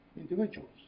individuals